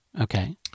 okay